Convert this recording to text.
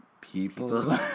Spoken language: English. people